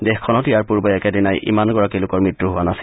দেশখনত ইয়াৰ পূৰ্বে একেদিনাই ইমান লোকৰ মৃত্যু হোৱা নাছিল